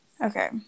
okay